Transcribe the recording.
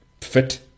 fit